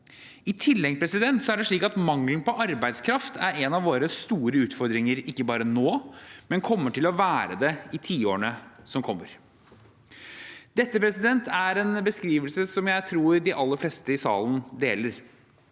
I tillegg er det slik at mangelen på arbeidskraft er en av våre store utfordringer – ikke bare nå, men vil være det i tiårene som kommer. Dette er en beskrivelse som jeg tror de aller fleste i salen deler,